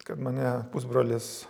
kad mane pusbrolis